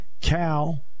Cal